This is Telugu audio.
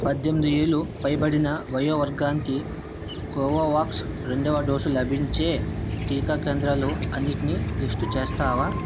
పద్దెనిమిది ఏళ్ళు పైబడిన వయో వర్గానికి కోవోవాక్స్ రెండవ డోసు లభించే టీకా కేంద్రాలు అన్నిటినీ లిస్టు చేస్తావా